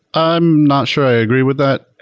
i'm not sure i agree with that.